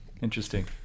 interesting